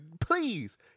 please